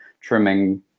trimming